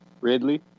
Ridley